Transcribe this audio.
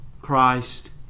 Christ